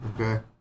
Okay